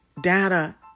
data